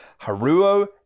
Haruo